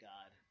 God